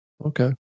Okay